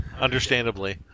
Understandably